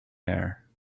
air